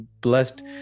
blessed